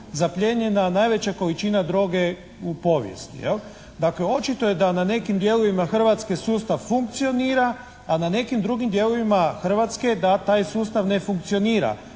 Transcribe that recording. zaplijenjena najveća količina droge u povijesti. Dakle, očito je da na nekim dijelovima Hrvatske sustav funkcionira a na nekim drugim dijelovima Hrvatske da taj sustav ne funkcionira.